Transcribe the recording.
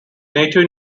native